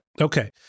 Okay